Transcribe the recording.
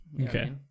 Okay